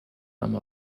amb